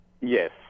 Yes